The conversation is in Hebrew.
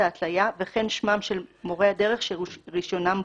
ההתליה וכן שמם של מורי הדרך שרישיונם בוטל.